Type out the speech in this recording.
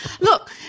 Look